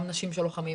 גם נשים של לוחמים,